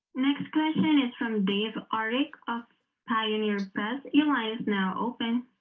next question is from dave artic of pioneers beth your line is now open